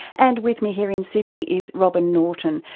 and with me here in sydney is robyn norton,